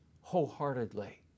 wholeheartedly